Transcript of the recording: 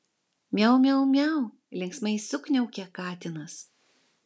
miau miau miau linksmai sukniaukė katinas